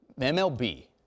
MLB